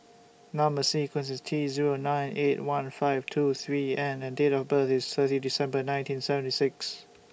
Number sequence IS T Zero nine eight one five two three N and Date of birth IS thirty December nineteen seventy six